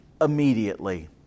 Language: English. immediately